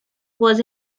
was